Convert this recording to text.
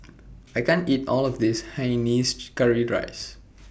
I can't eat All of This Hainanese Curry Rice